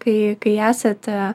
kai kai esate